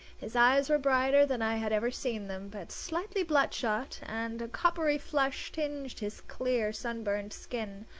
his eyes were brighter than i had ever seen them, but slightly bloodshot, and a coppery flush tinged his clear, sunburnt skin.